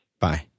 Bye